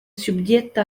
subjecte